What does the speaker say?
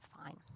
Fine